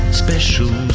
special